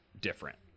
different